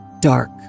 dark